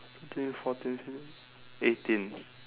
thirteen fourteen fifteen eighteen